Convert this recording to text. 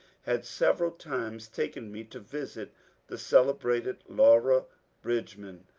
had several times taken me to visit the celebrated laura bridgman,